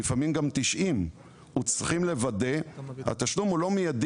ולפעמים גם שוטף + 90. התשלום מחברת התווים הוא לא מידי,